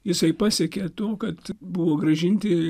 jisai pasiekė to kad buvo grąžinti